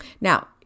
Now